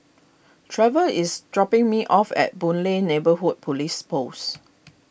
Trevor is dropping me off at Boon Lay Neighbourhood Police Post